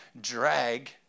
drag